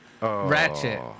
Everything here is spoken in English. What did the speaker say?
Ratchet